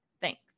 Thanks